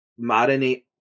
marinate